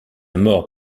mort